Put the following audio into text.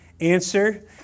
Answer